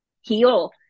heal